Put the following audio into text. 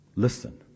Listen